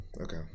Okay